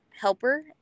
helper